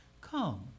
Come